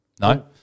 No